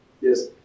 Yes